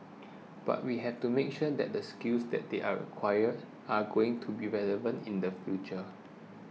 but we have to make sure that the skills that they are acquire are going to be relevant in the future